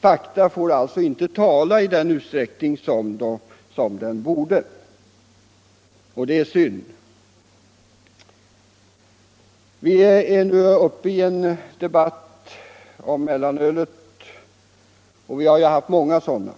Fakta får alltså inte tala i den utsträckning som borde ske, och det är synd. Vi är återigen uppe i en debatt om mellanölet, och vi har ju haft många sådana.